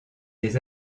des